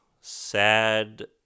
sad